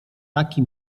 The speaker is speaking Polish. taki